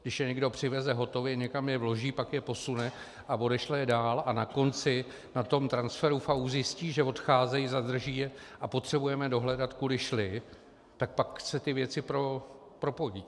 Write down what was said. Když je někdo přiveze hotově, někam je vloží, pak je posune a odešle je dál a na konci na transferu FAÚ zjistí, že odcházejí, zadrží je a potřebujeme dohledat, kudy šly, tak pak se věci propojí.